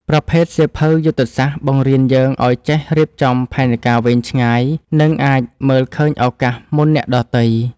ប្រភេទសៀវភៅយុទ្ធសាស្ត្រ បង្រៀនយើងឱ្យចេះរៀបចំផែនការវែងឆ្ងាយ និងការមើលឃើញឱកាសមុនអ្នកដទៃ។